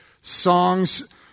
songs